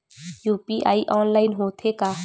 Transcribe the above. UPI online होथे का?